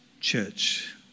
church